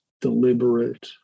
deliberate